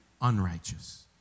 unrighteous